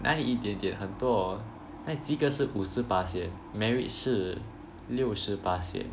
哪里一点点很多及格是五十巴先 merit 是六十巴先